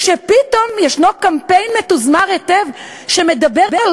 כשפתאום ישנו קמפיין מתוזמר היטב שמדבר על